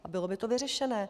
A bylo by to vyřešené.